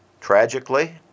Tragically